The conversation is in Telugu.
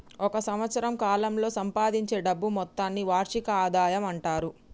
ఒక సంవత్సరం కాలంలో సంపాదించే డబ్బు మొత్తాన్ని వార్షిక ఆదాయం అంటారు